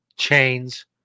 Chains